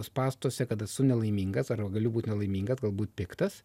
spąstuose kad esu nelaimingas arba galiu būti nelaimingas galbūt piktas